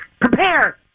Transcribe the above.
Prepare